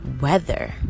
weather